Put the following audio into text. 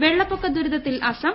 വെള്ളപ്പൊക്ക ദുരിതത്തിൽ അസം